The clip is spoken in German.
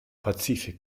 pazifik